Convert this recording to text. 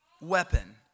weapon